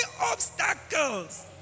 obstacles